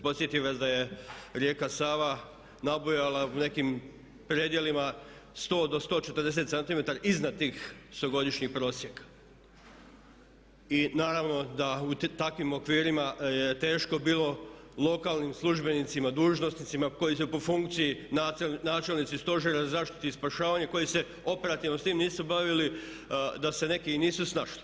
Podsjetih vas da je rijeka Sava nabujala u nekim predjelima 100-140 cm iznad tih 100-godišnjih prosjeka i naravno da u takvim okvirima je teško bilo lokalnim službenicima, dužnosnicima koji su po funkciji načelnici stožera za zaštitu i spašavanje koji se operativno s tim nisu bavili da se neki i nisu snašli.